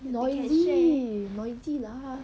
noisy noisy lah